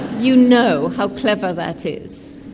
you know how clever that is.